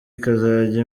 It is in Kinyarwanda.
ikazajya